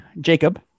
jacob